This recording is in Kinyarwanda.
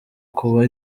kuba